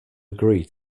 agree